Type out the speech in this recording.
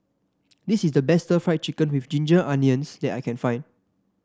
this is the best Stir Fried Chicken with Ginger Onions that I can find